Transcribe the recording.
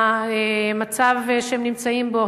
מהמצב שהם נמצאים בו,